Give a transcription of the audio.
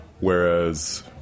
Whereas